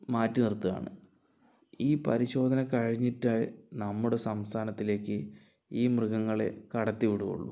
മാറ്റി നിർത്തുകയാണ് ഈ പരിശോധന കഴിഞ്ഞിട്ട് നമ്മുടെ സംസ്ഥനത്തിലേക്ക് ഈ മൃഗങ്ങളെ കടത്തി വിടുവൊള്ളൂ